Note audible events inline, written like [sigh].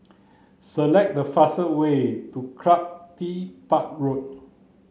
select the fastest way to [unintelligible] Park Road